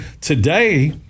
today